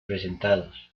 presentados